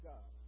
God